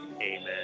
Amen